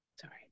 sorry